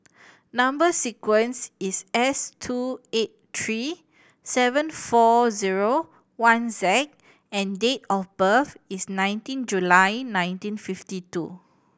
number sequence is S two eight three seven four zero one Z and date of birth is nineteen July nineteen fifty two